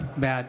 בעד